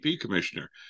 commissioner